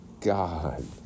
God